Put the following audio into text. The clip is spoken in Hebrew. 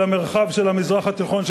אל המרחב של המזרח התיכון,